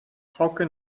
hauke